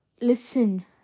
listen